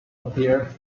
appears